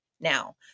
now